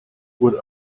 would